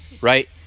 right